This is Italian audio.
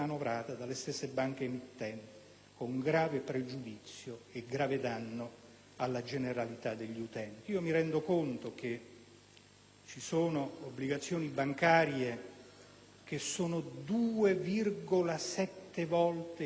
con grave pregiudizio e grave danno alla generalità degli utenti. Mi rendo conto che ci sono obbligazioni bancarie che sono 2,7 volte il patrimonio delle banche